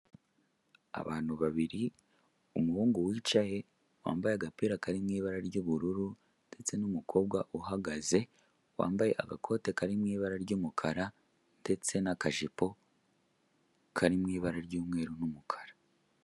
Abantu babiri, umuhungu wicaye wambaye agapira kari mu ibara ry'ubururu ndetse n'umukobwa uhagaze wambaye agakote kari mu ibara ry'umukara ndetse n'akajipo kari mu ibara ry'umweru n'umukara.